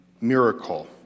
miracle